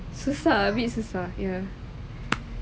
susah a bit susah ya